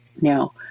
Now